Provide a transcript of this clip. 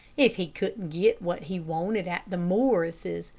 if he couldn't get what he wanted at the morrises',